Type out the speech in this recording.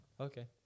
Okay